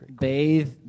bathe